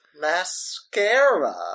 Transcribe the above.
mascara